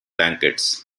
blankets